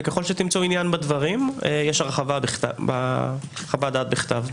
וככל שתמצאו עניין בדברים יש הרחבה בחוות דעת בכתב.